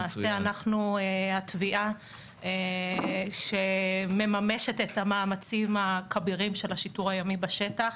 למעשה אנחנו התביעה שמממשת את המאמצים הכבירים של השיטור הימי בשטח.